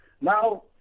Now